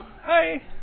Hi